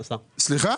סליחה?